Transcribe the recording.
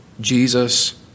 Jesus